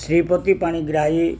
Sripati Panigrahi